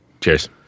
Cheers